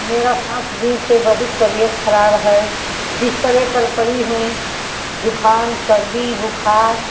मेरी पाँच दिन से बहुत तबियत ख़राब है बिस्तर पर पड़ी हूँ ज़ुख़ाम सर्दी बुख़ार